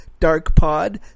darkpod